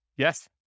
Yes